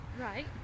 right